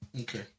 Okay